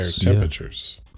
temperatures